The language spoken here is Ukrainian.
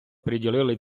приділили